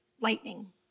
lightning